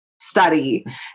study